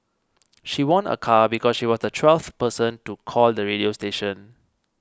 she won a car because she was the twelfth person to call the radio station